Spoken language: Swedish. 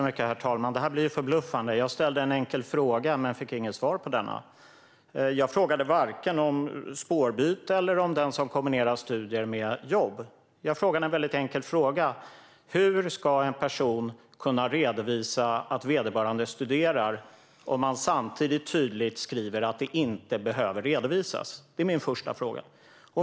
Herr talman! Det här är förbluffande. Jag ställde en enkel fråga men fick inget svar på den. Jag frågade varken om spårbyte eller om den som kombinerar studier med jobb. Jag ställde en väldigt enkel fråga: Hur ska en person kunna redovisa att vederbörande studerar om man samtidigt tydligt skriver att det inte behöver redovisas? Det är min första fråga.